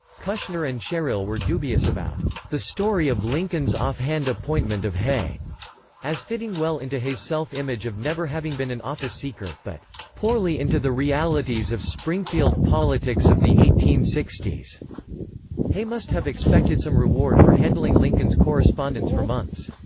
kushner and sherrill were dubious about the story of lincoln's offhand appointment of hay as fitting well into hay's self-image of never having been an office-seeker, but poorly into the realities of springfield politics of the eighteen sixty s hay must have expected some reward for handling lincoln's correspondence for months.